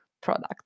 product